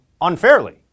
unfairly